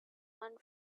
one